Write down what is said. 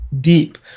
deep